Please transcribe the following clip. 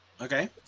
Okay